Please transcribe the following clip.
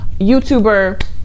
youtuber